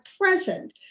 present